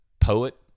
poet